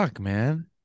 man